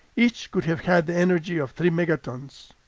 each could have had the energy of three megatons.